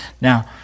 Now